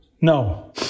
No